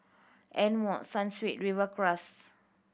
Amore Sunsweet Rivercrest